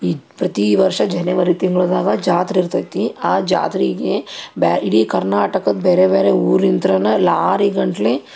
ಈ ಪ್ರತಿ ವರ್ಷ ಜನವರಿ ತಿಂಗಳ್ದಾಗ ಜಾತ್ರೆ ಇರ್ತೈತಿ ಆ ಜಾತ್ರೆಗೆ ಬ್ಯಾ ಇಡೀ ಕರ್ನಾಟಕದ ಬೇರೆ ಬೇರೆ ಊರಿಂತನ ಲಾರಿಗಟ್ಲೆ